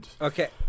Okay